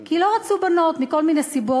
כי לא רצו בנות מכל מיני סיבות.